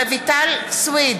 רויטל סויד,